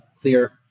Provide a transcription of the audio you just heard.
clear